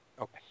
okay